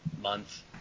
month